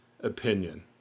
opinion